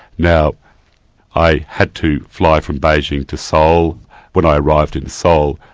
now i had to fly from beijing to seoul when i arrived in seoul,